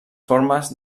formes